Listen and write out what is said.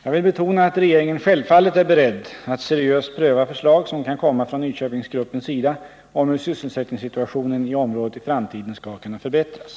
Jag vill betona att regeringen självfallet är beredd att seriöst pröva förslag som kan komma från Nyköpingsgruppens sida om hur sysselsättningssituationen i området i framtiden skall kunna förbättras.